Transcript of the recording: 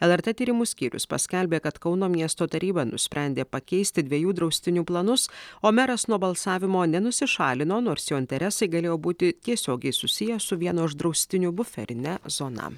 lrt tyrimų skyrius paskelbė kad kauno miesto taryba nusprendė pakeisti dviejų draustinių planus o meras nuo balsavimo nenusišalino nors jo interesai galėjo būti tiesiogiai susiję su vieno iš draustinių buferine zona